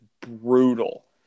brutal